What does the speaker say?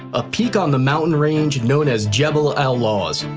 a peak on the mountain range known as jabal al-lawz,